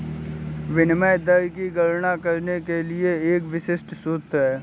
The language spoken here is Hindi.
विनिमय दर की गणना करने के लिए एक विशिष्ट सूत्र है